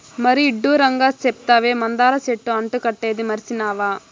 మరీ ఇడ్డూరంగా సెప్తావే, మందార చెట్టు అంటు కట్టేదీ మర్సినావా